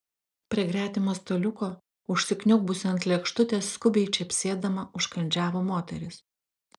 prie gretimo staliuko užsikniaubusi ant lėkštutės skubiai čepsėdama užkandžiavo moteris